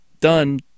done